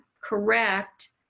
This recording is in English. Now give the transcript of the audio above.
correct